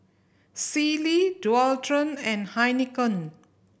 Sealy Dualtron and Heinekein